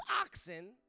oxen